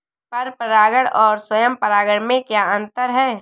पर परागण और स्वयं परागण में क्या अंतर है?